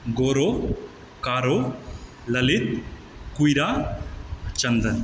गोरो कारो ललित क्वीरा चन्दन